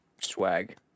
Swag